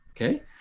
Okay